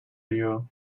you